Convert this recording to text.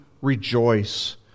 rejoice